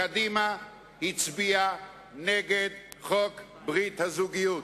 קדימה הצביעה נגד חוק ברית הזוגיות.